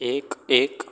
એક એક